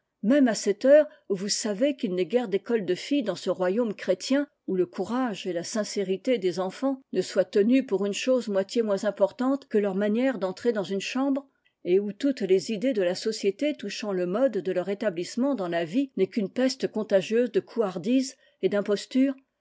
même à cette heure où vous savez qu'il n'est guère d'école de filles dans ce royaume chrétien où le courage et la sincérité des enfants ne soit tenue pour une chose moitié moins importante que leur manière d'entrer dans une chambre et où toutes les idées de la société touchant le mode de leur établissement dans la vie n'est qu'une peste contagieuse de couardise et d'imposture